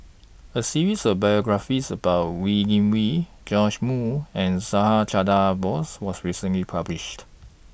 A series of biographies about Wee Wee Moo and Subhas Chandra Bose was recently published